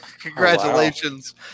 Congratulations